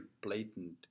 blatant